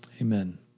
Amen